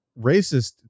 racist